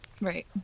Right